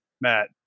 Matt